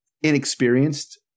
inexperienced